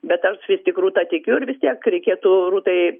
bet aš vis tik rūta tikiu ir vis tiek reikėtų rūtai